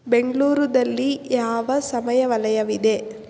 ಬೆಂಗಳೂರಿನಲ್ಲಿ ಯಾವ ಸಮಯ ವಲಯವಿದೆ